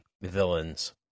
villains